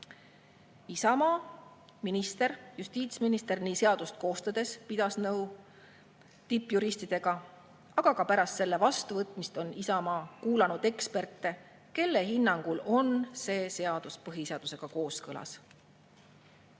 Isamaa minister, justiitsminister pidas seadust koostades nõu tippjuristidega, aga ka pärast selle vastuvõtmist on Isamaa kuulanud eksperte, kelle hinnangul on see seadus põhiseadusega kooskõlas.